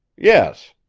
yes.